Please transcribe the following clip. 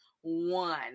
one